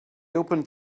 opened